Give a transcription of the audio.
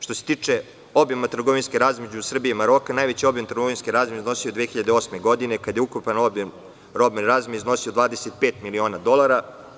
Što se tiče obima trgovinske razmene između Srbije i Maroka, najveći obim trgovinske razmene iznosio je 2008. godine, kada je ukupan obim robne razmene iznosio 25 miliona dolara.